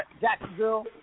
Jacksonville